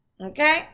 Okay